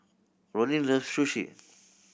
Ronin loves Sushi